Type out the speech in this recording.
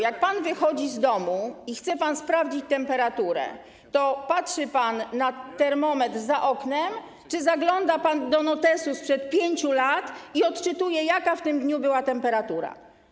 Jak pan wychodzi z domu i chce pan sprawdzić temperaturę, to patrzy pan na termometr za oknem czy zagląda pan do notesu sprzed 5 lat i odczytuje, jaka w tym dniu była temperatura?